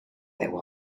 veu